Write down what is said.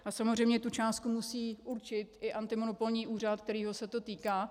A samozřejmě tu částku musí určit i antimonopolní úřad, kterého se to týká.